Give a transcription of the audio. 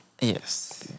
Yes